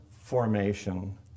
formation